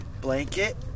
blanket